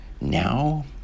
now